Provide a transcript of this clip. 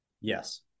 Yes